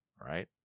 Right